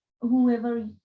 Whoever